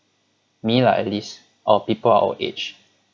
me lah at least or people our age